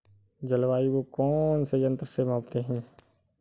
जलवायु को कौन से यंत्र से मापते हैं?